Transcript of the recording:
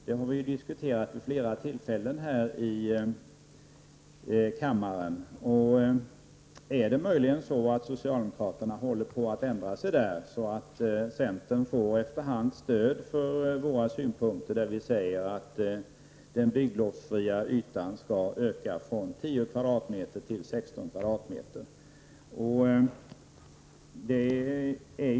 Det har vi diskuterat vid flera tillfällen här i kammaren. Håller socialdemokraterna möjligen på att ändra sig i fråga om detta, så att vi i centern efter hand får stöd för våra synpunkter om att den bygglovsfria ytan skall öka från 10 m? till 16 m??